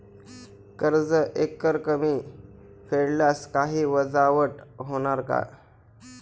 कर्ज एकरकमी फेडल्यास काही वजावट होणार का?